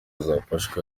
zafashwe